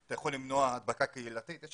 אתה יכול למנוע הדבקה קהילתית ויש